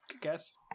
guess